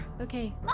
Okay